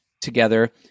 together